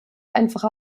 einfache